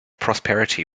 prosperity